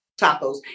tacos